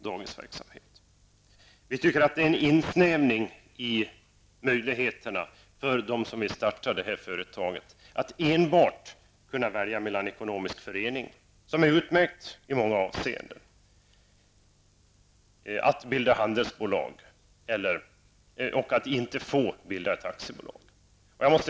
Tyvärr har socialdemokraterna snävat in möjligheterna för dem som vill starta företag så att de enbart kan välja mellan att bilda ekonomisk förening, vilket är utmärkt i många avseenden, och handelsbolag. Man får inte bilda aktiebolag.